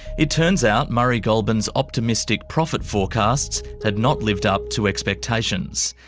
it turns out murray goulburn's optimistic profit forecasts had not lived up to expectations.